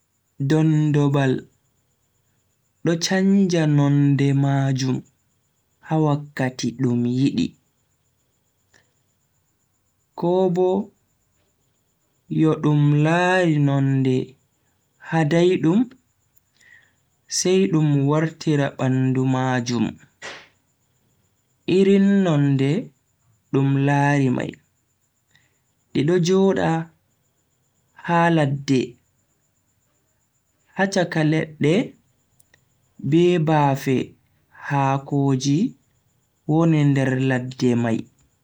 Dondobal do chanja noonde majum ha wakkati dum yidi, ko Bo yo dum lari donde ha daidum sai dum wartira bandu majum irin nonde dum laari mai. di do jooda ha ladde, ha chaka ledde be baafe haakoji woni nder ladde mai.